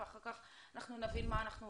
ואחר כך אנחנו נבין מה עושים.